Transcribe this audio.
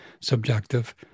subjective